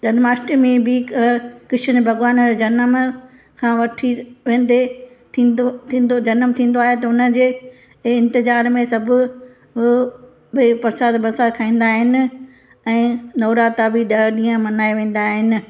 जन्माष्टमी बि कृष्न भॻिवान जो जनम खां वठी वेंदे थींदो थींदो जनम थींदो आहे त हुनजे ए इंतिज़ार में सब भई प्रसाद वरसाद खाईंदा आहिनि ऐं नवराता बि ॾह ॾी मल्हाए वेंदा आइन